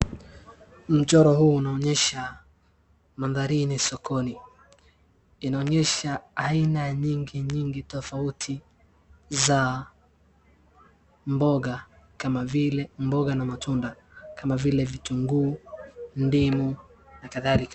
Mchoro huu unaonyesha mandhari yenye sokoni. Unaonyesha aina nyinginyingi tofauti za mboga na matunda kama vile vitunguu, ndimu na kadhalika.